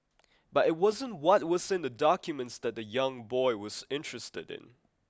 but it wasn't what was in the documents that the young boy was interested in